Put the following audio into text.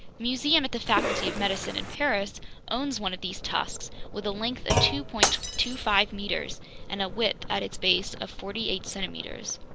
museum at the faculty of medicine in paris owns one of these tusks with a length of two point two five meters and a width at its base of forty-eight centimeters!